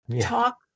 Talk